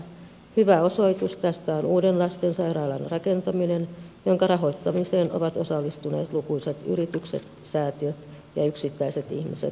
hyvä osoitus tästä on uuden lastensairaalan rakentaminen jonka rahoittamiseen ovat osallistuneet lukuisat yritykset säätiöt ja yksittäiset ihmiset ympäri suomea